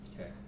Okay